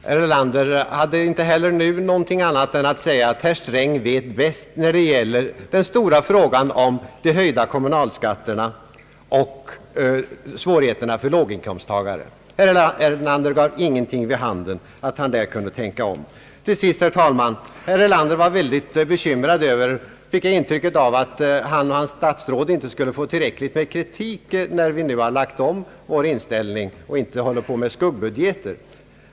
Herr Erlander hade inte heller nu något annat besked att ge än att herr Sträng vet bäst när det gäller den stora frågan om de höjda kommunalskatterna och låginkomsttagarnas svårigheter. Herr Erlander yttrade ingenting som gav vid handen att han kunde tänka om i den stora frågan. Till sist, herr talman, fick jag intrycket att herr Erlander var mycket bekymrad över att han och hans statsråd inte skulle möta tillräckligt med kritik när vi nu inte lägger fram skuggbudgeter utan har ändrat vår inställ ning.